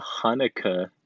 Hanukkah